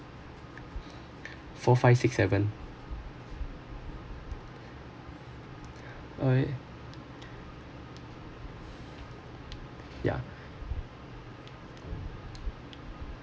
four five six seven uh yeah